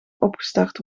opgestart